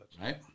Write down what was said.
Right